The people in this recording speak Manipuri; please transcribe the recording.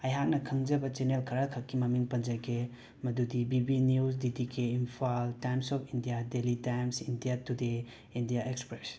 ꯑꯩꯍꯥꯛꯅ ꯈꯪꯖꯕ ꯆꯦꯅꯦꯜ ꯈꯔ ꯈꯛꯀꯤ ꯃꯃꯤꯡ ꯄꯟꯖꯒꯦ ꯃꯗꯨꯗꯤ B B News D D K Imphal Times of India Daily Times India Today India express